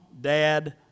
dad